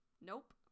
Nope